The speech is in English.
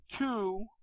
two